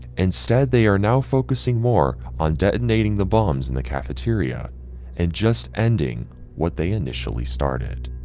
instead they are now focusing more on detonating the bombs in the cafeteria and just ending what they initially started,